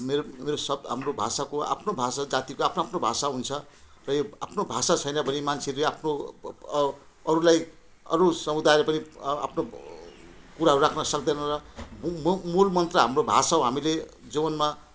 मेरो मेरो सब हाम्रो भाषाको आफ्नो भाषा जातिको आफ्नो आफ्नो भाषा हुन्छ र यो आफ्नो भाषा छैन भने मान्छेले आफ्नो अ अरूलाई अरू समुदाय पनि आआफ्नो कुराहरू राख्नु सक्दैन र मू मू मूलमन्त्र हाम्रो भाषा हो हामीले जीवनमा